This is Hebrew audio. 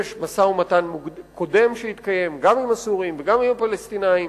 יש משא-ומתן קודם שהתקיים גם עם הסורים וגם עם הפלסטינים.